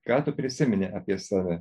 ką tu prisimeni apie save